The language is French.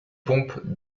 pompes